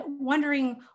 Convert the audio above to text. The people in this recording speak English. wondering